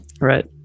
Right